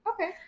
Okay